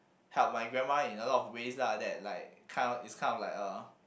help my grandma in a lot of ways lah that like kind of it's kind of like a